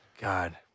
God